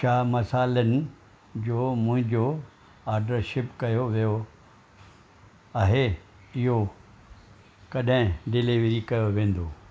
छा मसालनि जो मुंहिंजो ऑर्डरु शिप कयो वियो आहे इहो कॾहिं डिलीवर कयो वेंदो